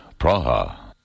Praha